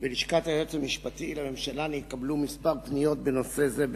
בלשכת היועץ המשפטי לממשלה נתקבלו כמה פניות בנושא זה,